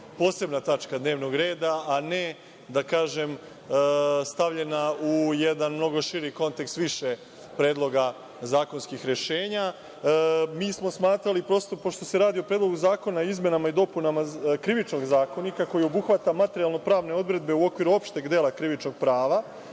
posebna tačka dnevnog reda, a ne da kažem stavljena u jedan mnogo širi kontekst više predloga zakonskih rešenja. Mi smo smatrali, prosto, pošto se radi o Predlogu zakona o izmenama i dopunama Krivičnog zakonika, koji obuhvata materijalno pravne odredbe u okviru opšteg dela Krivičnog prava,